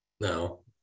No